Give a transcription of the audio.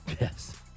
Yes